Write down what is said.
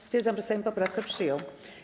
Stwierdzam, że Sejm poprawkę przyjął.